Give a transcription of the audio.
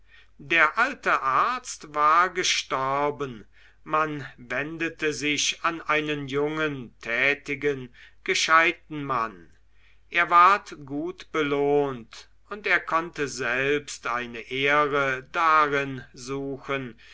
der alte arzt war gestorben man wendete sich an einen jungen tätigen gescheiten mann er ward gut belohnt und er konnte selbst eine ehre darin suchen